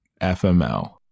FML